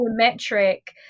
geometric